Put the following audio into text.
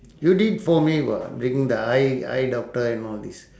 you did for me [what] bring the eye eye doctor and all this